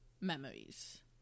memories